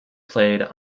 played